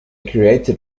created